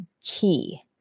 key